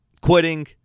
quitting